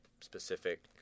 specific